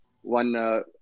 One